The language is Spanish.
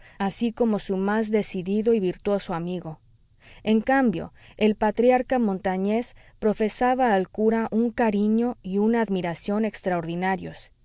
así como su más decidido y virtuoso amigo en cambio el patriarca montañés profesaba al cura un cariño y una admiración extraordinarios